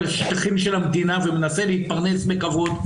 השטחים של המדינה ומנסה להתפרנס בכבוד,